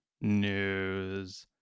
News